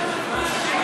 רוצה